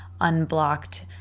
Unblocked